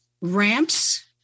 ramps